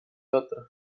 otra